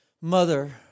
Mother